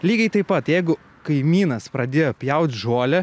lygiai taip pat jeigu kaimynas pradėjo pjaut žolę